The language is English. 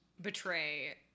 betray